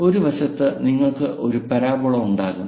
ഒരു വശത്ത് നിങ്ങൾക്ക് ഒരു പരാബോള ഉണ്ടാകും